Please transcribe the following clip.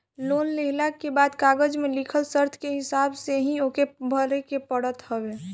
loan लेहला के बाद कागज में लिखल शर्त के हिसाब से ही ओके भरे के पड़त हवे